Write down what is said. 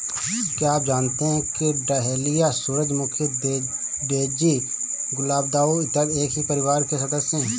क्या आप जानते हैं कि डहेलिया, सूरजमुखी, डेजी, गुलदाउदी इत्यादि एक ही परिवार के सदस्य हैं